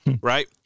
right